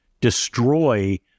destroy